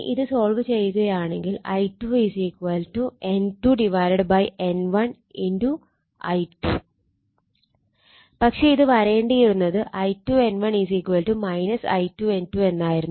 ഇനി ഇത് സോൾവ് ചെയ്യുകയാണെങ്കിൽ I2 N2 N1I2 പക്ഷെ ഇത് വരേണ്ടിയിരുന്നത് I2 N1 I2 N2 എന്നായിരുന്നു